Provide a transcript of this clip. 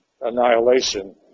annihilation